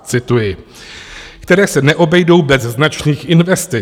Cituji: které se neobejdou bez značných investic.